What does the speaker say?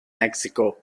mexico